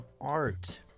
art